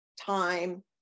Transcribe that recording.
time